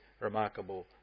remarkable